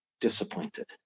disappointed